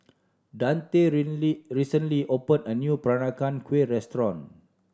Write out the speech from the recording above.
Dante recently opened a new Peranakan Kueh restaurant